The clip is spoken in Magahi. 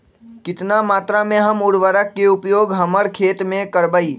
कितना मात्रा में हम उर्वरक के उपयोग हमर खेत में करबई?